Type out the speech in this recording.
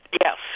Yes